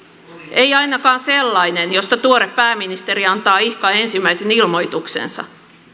ei ainakaan sellainen josta tuore pääministeri antaa ihka ensimmäisen ilmoituksensa